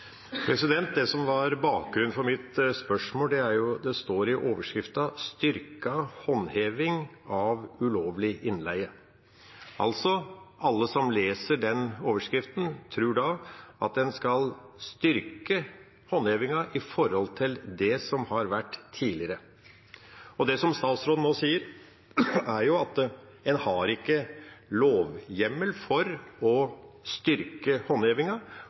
Det som var bakgrunnen for mitt spørsmål, står i overskriften: «Styrket håndheving av ulovlig innleie». Alle som leser den overskriften, tror at en skal styrke håndhevingen i forhold til det som har vært tidligere. Det statsråden nå sier, er at en ikke har lovhjemmel for å styrke